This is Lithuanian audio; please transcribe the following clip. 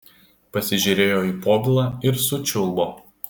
pasižiūrėjo į povilą ir sučiulbo